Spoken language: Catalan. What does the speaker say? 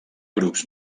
grups